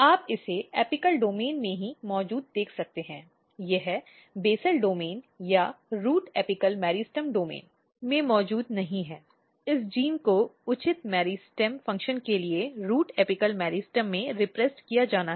आप इसे apical domain में ही मौजूद देख सकते हैं यह बेसल डोमेन या रूट एपिकल मेरिस्टम डोमेन में मौजूद नहीं है इस जीन को उचित मेरिस्टम फंक्शन के लिए रूट एपिकल मेरिस्टेम में रिप्रेस्ड किया जाना है